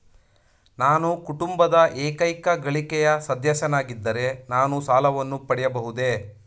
ನಾನು ಕುಟುಂಬದ ಏಕೈಕ ಗಳಿಕೆಯ ಸದಸ್ಯನಾಗಿದ್ದರೆ ನಾನು ಸಾಲವನ್ನು ಪಡೆಯಬಹುದೇ?